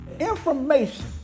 Information